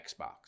Xbox